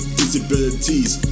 disabilities